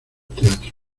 teatros